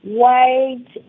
white